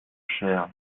cher